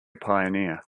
pioneer